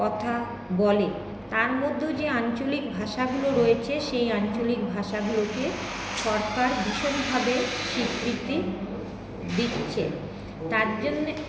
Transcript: কথা বলে তার মধ্যেও যে আঞ্চলিক ভাষাগুলি রয়েছে সেই আঞ্চলিক ভাষাগুলোকে সরকার ভীষণভাবে স্বীকৃতি দিচ্ছে তার জন্যে